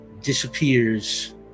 disappears